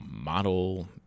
model